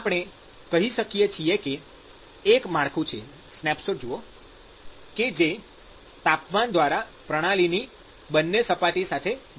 આપણે કહી શકીએ છીએ કે એક માળખું છે સ્નેપશૉટ જુઓ કે જે તાપમાન દ્વારા પ્રણાલીની બંને સપાટી સાથે જોડાયેલુ છે